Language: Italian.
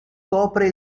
copre